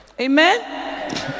Amen